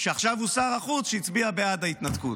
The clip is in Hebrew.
שעכשיו הוא שר החוץ, שהצביע בעד ההתנתקות.